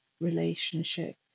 relationship